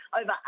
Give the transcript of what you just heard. over